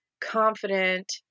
confident